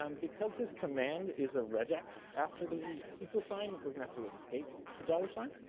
um because this command is a regex after the equals sign, were gonna have to escape the dollar sign.